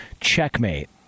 checkmate